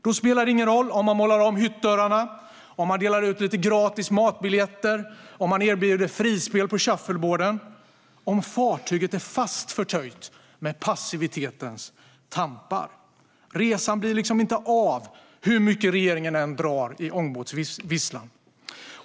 Det spelar ingen roll om man målar om hyttdörrarna, delar ut lite gratis matbiljetter och erbjuder frispel på shuffleboarden om fartyget är fast förtöjt med passivitetens tampar. Resan blir liksom inte av hur mycket regeringen än drar i ångbåtsvisslan.